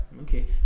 Okay